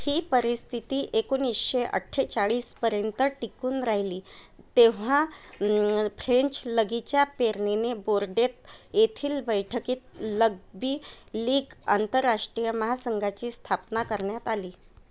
ही परिस्थिती एकोणिसशे अठठेचाळीसपर्यंत टिकून राहिली तेव्हा फ्रेंच लगीच्या प्रेरणेने बोर्डे येथील बैठकीत रग्बी लीग आंतरराष्ट्रीय महासंघाची स्थापना करण्यात आली